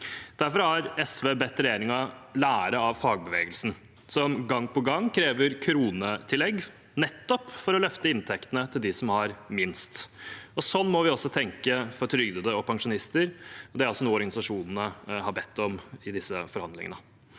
Derfor har SV bedt regjeringen lære av fagbevegelsen, som gang på gang krever kronetillegg for å løfte inntektene til dem som har minst. Sånn må vi også tenke for trygdede og pensjonister, og det er også noe organisasjonene har bedt om i disse forhandlingene.